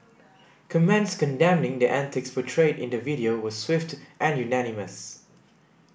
comments condemning the antics portrayed in the video were swift and unanimous